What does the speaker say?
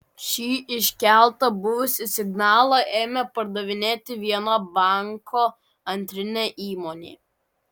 ši iškelta buvusį signalą ėmė pardavinėti viena banko antrinė įmonė